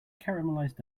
caramelized